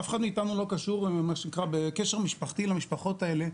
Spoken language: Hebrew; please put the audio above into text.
אף אחד לא קשור בקשר משפחתי למשפחות האלה.